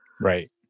Right